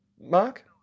Mark